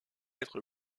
être